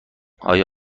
آیا